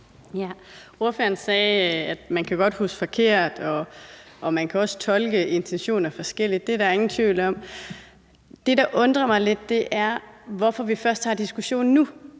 Ordføreren sagde, at man godt kan huske forkert, og at man også kan tolke intentioner forskelligt. Det er der ingen tvivl om. Det, der undrer mig lidt, er, at vi først tager diskussionen nu,